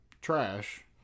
trash